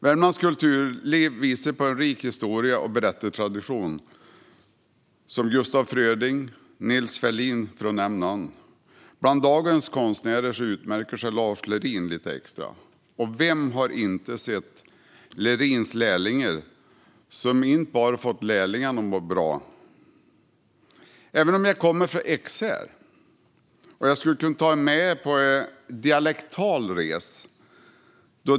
Värmlands kulturliv visar på en rik historia och berättartradition - Gustaf Fröding och Nils Ferlin, för att nämna några. Bland dagens konstnärer utmärker sig Lars Lerin lite extra. Vem har inte sett Lerins lärlingar , som inte bara har fått lärlingarna att må bra? Jag kommer från Ekshärad och skulle kunna ta er med på en dialektal resa.